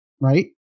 right